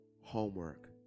homework